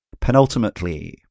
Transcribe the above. Penultimately